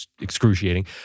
excruciating